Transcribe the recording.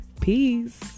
Peace